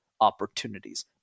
opportunities